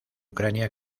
ucrania